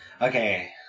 Okay